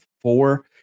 four